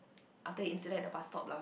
after the incident at the bus stop lah